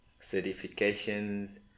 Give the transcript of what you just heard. certifications